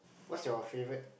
what's your favourite